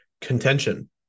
contention